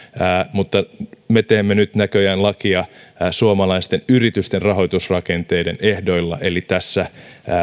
mutta me teemme nyt näköjään lakia suomalaisten yritysten rahoitusrakenteiden ehdoilla eli tässä